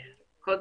שונים.